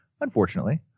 unfortunately